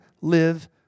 live